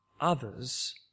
others